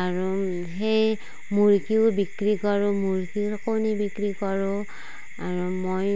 আৰু সেই মুৰ্গীও বিক্ৰী কৰোঁ মুৰ্গীৰ কণী বিক্ৰী কৰোঁ আৰু মই